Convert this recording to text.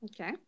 Okay